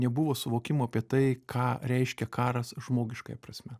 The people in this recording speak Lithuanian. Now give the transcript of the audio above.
nebuvo suvokimo apie tai ką reiškia karas žmogiškąja prasme